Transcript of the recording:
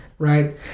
Right